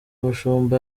mushumba